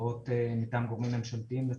הודעות מטעם גורמים ממשלתיים לציבור.